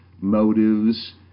motives